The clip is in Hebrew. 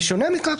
בשונה מכך,